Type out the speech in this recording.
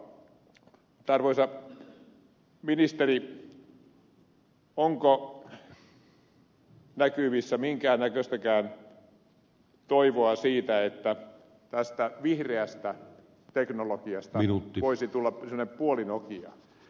arvoisa ministeri onko näkyvissä minkään näköistä toivoa siitä että tästä vihreästä teknologiasta voisi tulla semmoinen puoli nokia